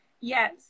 Yes